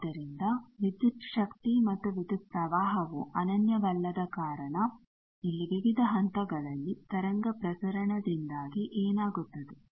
ಆದ್ದರಿಂದ ವಿದ್ಯುತ್ ಶಕ್ತಿ ಮತ್ತು ವಿದ್ಯುತ್ ಪ್ರವಾಹವು ಅನನ್ಯವಲ್ಲದ ಕಾರಣ ಇಲ್ಲಿ ವಿವಿಧ ಹಂತಗಳಲ್ಲಿ ತರಂಗ ಪ್ರಸರಣದಿಂದಾಗಿ ಏನಾಗುತ್ತದೆ